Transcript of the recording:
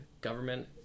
government